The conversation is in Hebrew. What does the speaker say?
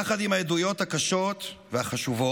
יחד עם העדויות הקשות והחשובות